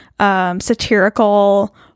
satirical